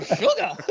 sugar